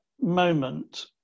moment